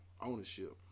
ownership